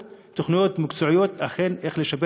תוכניות מקצועיות של משרד הבריאות איך לשפר